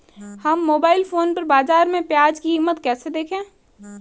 हम mobile phone पर बाज़ार में प्याज़ की कीमत कैसे देखें?